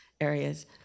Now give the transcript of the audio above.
Areas